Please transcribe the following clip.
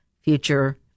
future